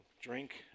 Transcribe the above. drink